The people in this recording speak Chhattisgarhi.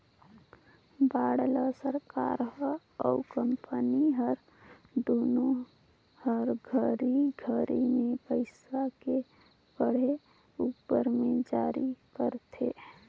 बांड ल सरकार हर अउ कंपनी हर दुनो हर घरी घरी मे पइसा के पड़े उपर मे जारी करथे